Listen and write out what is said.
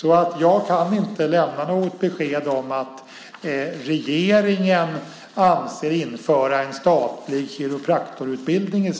Jag kan därför inte lämna något besked om att regeringen avser att införa en statlig kiropraktorutbildning.